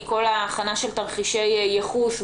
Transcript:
כל ההכנה של תרחישי ייחוס,